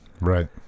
right